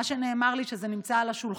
מה שנאמר לי הוא שזה נמצא על השולחן.